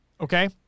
Okay